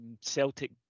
celtic